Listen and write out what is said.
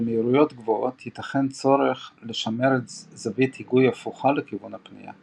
במהירויות גבוהות ייתכן צורך לשמר זווית היגוי הפוכה לכיוון הפנייה.